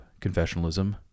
confessionalism